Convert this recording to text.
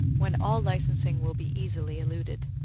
when all licensing will be easily eluded.